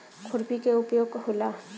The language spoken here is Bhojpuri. खुरपी का का उपयोग होला?